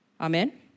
Amen